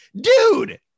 Dude